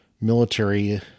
military